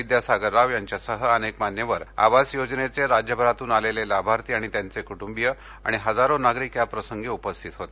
विद्यासागर राव यांच्यासह अनेक मान्यवर आवास योजनेचे राज्यभरातून आलेले लाभार्थी आणि त्यांचे कुट्टंबिय आणि हजारो नागरिक याप्रसंगी उपस्थित होते